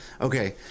Okay